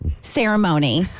ceremony